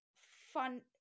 fun